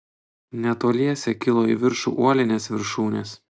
netoliese kilo į viršų uolinės viršūnės